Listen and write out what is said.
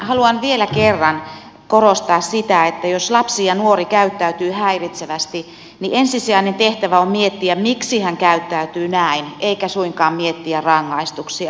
haluan vielä kerran korostaa sitä että jos lapsi ja nuori käyttäytyy häiritsevästi niin ensisijainen tehtävä on miettiä miksi hän käyttäytyy näin eikä suinkaan miettiä rangaistuksia